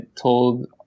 told